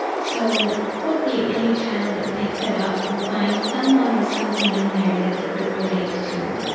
so hopefully any child that picks it up will find someone or something in there that they could relate to.